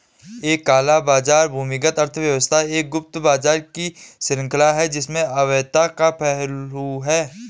एक काला बाजार भूमिगत अर्थव्यवस्था एक गुप्त बाजार की श्रृंखला है जिसमें अवैधता का पहलू है